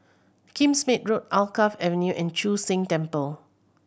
Kingsmead Road Alkaff Avenue and Chu Sheng Temple